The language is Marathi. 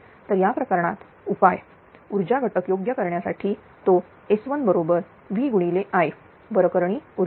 तर या प्रकरणात उपाय ऊर्जा घटक योग्य करण्याआधी तोS1 बरोबरvI वरकरणी ऊर्जा